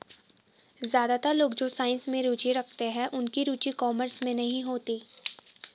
ज्यादातर लोग जो साइंस में रुचि रखते हैं उनकी रुचि कॉमर्स में नहीं होती